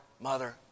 mother